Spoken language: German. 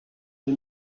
sie